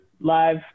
live